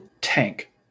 tank